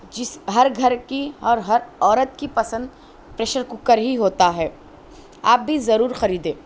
جس ہر گھر کی اور ہر عورت کی پسند پریشر کوکر ہی ہوتا ہے آپ بھی ضرور خریدیں